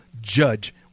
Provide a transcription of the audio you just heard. judge